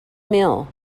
mill